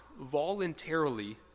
voluntarily